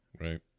right